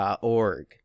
.org